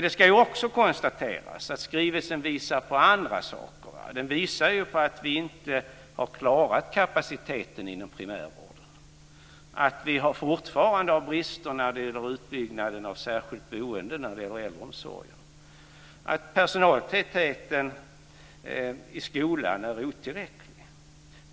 Det ska också konstateras att skrivelsen visar på andra saker. Den visar på att vi inte har klarat kapaciteten inom primärvården, att vi fortfarande har brister i utbyggnaden av särskilt boende inom äldreomsorg, att personaltätheten i skolan är otillräcklig.